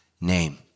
name